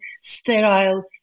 sterile